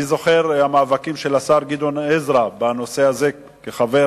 אני זוכר את המאבקים של השר גדעון עזרא בנושא הזה כחבר